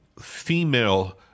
female